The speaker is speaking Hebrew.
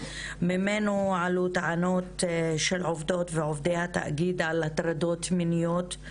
ממנו עלו טענות של עובדות ועובדי התאגיד על הטרדות מיניות,